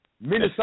Minnesota